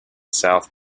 south